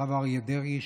הרב אריה דרעי,